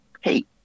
hey